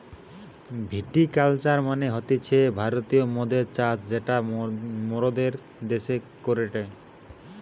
ভিটি culture মানে হতিছে ভারতীয় মদের চাষ যেটা মোরদের দ্যাশে করেটে